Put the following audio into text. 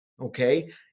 okay